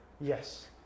Yes